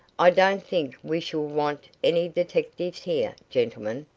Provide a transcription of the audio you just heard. i don't think we shall want any detectives here, gentlemen,